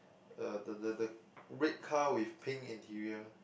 a the the the red car with pink interior